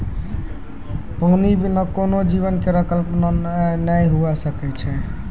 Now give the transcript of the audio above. पानी बिना कोनो जीवन केरो कल्पना नै हुए सकै छै?